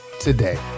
today